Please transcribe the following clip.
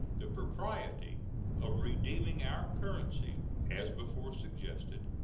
the propriety of redeeming our currency, as before suggested,